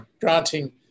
granting